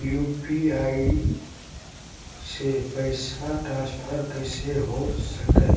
UPI से पैसा transfer कैसे हो सके